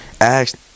ask